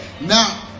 Now